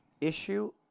issue